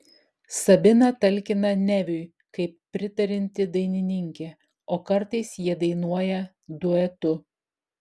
sabina talkina neviui kaip pritarianti dainininkė o kartais jie dainuoja duetu